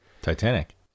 Titanic